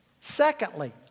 Secondly